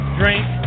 drink